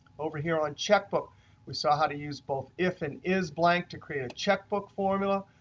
over here on checkbook we saw how to use both if and is blank to create a checkbook formula.